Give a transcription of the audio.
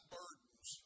burdens